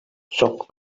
sóc